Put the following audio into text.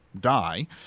die